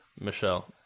Michelle